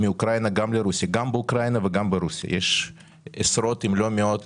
גם באוקראינה וגם ברוסיה יש עשרות אם לא מאות